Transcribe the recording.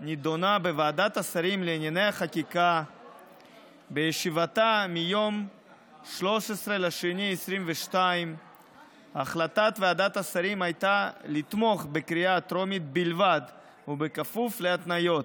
נדונה בוועדת השרים לענייני חקיקה בישיבתה מיום 13 בפברואר 2022. החלטת ועדת השרים הייתה לתמוך בקריאה הטרומית בלבד וכפוף להתניות.